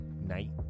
night